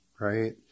right